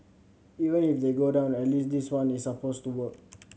even if they go down at least this one is supposed to work